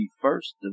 first